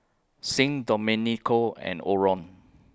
Sing Domenico and Orren